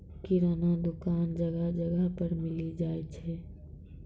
किराना दुकान जगह जगह पर मिली जाय छै